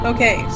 Okay